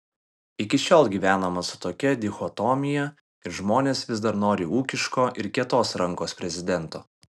iki šiol gyvenama su tokia dichotomija ir žmonės vis dar nori ūkiško ir kietos rankos prezidento